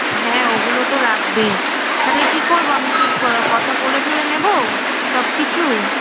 হ্যাঁ ওগুলো তো লাগবেই তালে কী করবো আমি কি কথা বলে টলে নেবো সব কিছু